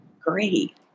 great